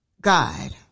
God